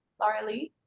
lauralee?